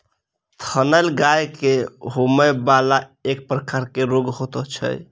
थनैल गाय के होमय बला एक प्रकारक रोग होइत छै